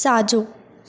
साजो॒